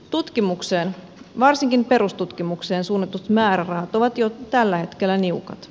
tutkimukseen varsinkin perustutkimukseen suunnatut määrärahat ovat jo tällä hetkellä niukat